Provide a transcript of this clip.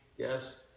Yes